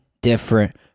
different